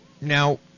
Now